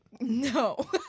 no